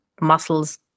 muscles